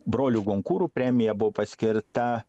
brolių gonkūrų premija buvo paskirta